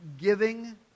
giving